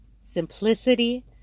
simplicity